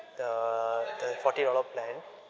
the the forty dollar plan